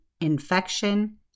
infection